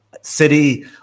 City